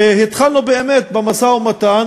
והתחלנו באמת במשא-ומתן,